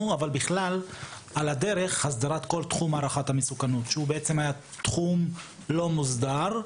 אבל גם הסדרת כל תחום הערכת המסוכנות שהוא תחום לא מוסדר.